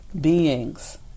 beings